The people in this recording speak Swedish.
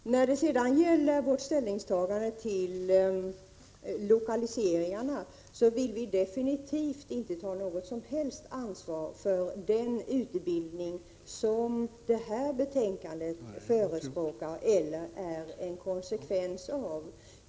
Folkpartiets ställningstagande till lokaliseringarna är att vi inte vill ta något som helst ansvar för den utbildning som förespråkas i detta betänkande.